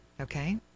okay